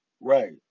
Right